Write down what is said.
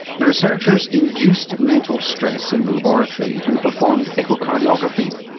the researchers induced mental stress in the laboratory and performed echocardiography,